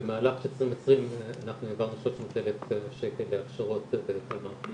במהלך 2020 אנחנו העברנו 300,000 שקל להכשרות בנושא